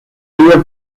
river